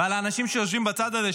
ועל האנשים שיושבים בצד הזה,